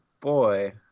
boy